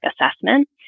assessment